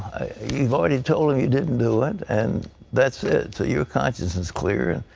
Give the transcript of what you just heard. you already told them you didn't do it, and that's it. so your conscience is clear,